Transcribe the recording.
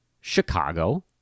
Chicago